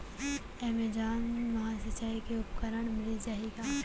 Amazon मा सिंचाई के उपकरण मिलिस जाही का?